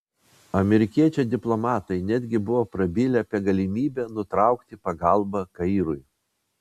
amerikiečiai diplomatai netgi buvo prabilę apie galimybę nutraukti pagalbą kairui